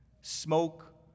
Smoke